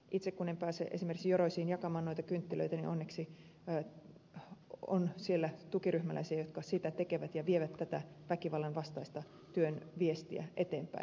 itse kun en pääse esimerkiksi joroisiin jakamaan noita kynttilöitä niin onneksi siellä on tukiryhmäläisiä jotka sitä tekevät ja vievät tätä väkivallan vastaisen työn viestiä eteenpäin